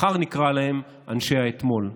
מחר נקרא להם אנשי האתמול.